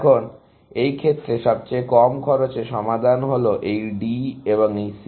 এখন এই ক্ষেত্রে সবচেয়ে কম খরচে সমাধান হল এই D এবং এই C